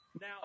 Now